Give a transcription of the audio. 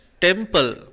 temple